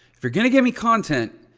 if you're going to give me content,